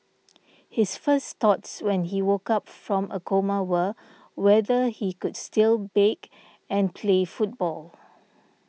his first thoughts when he woke up from a coma were whether he could still bake and play football